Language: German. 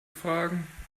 fragen